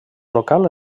local